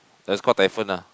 that's called typhoon ah